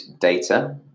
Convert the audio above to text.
data